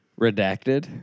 Redacted